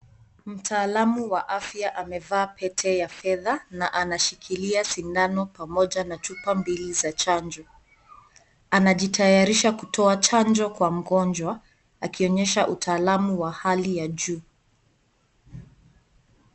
Mtaalamu wa afya amevaa pete ya fedha na anashikilia sindano pamoja na chupa mbili za chanjo. Anajitayarisha kutoa chanjo kwa mgonjwa akionyesha utaalamu wa hali ya juu.